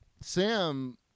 Sam